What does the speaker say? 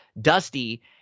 Dusty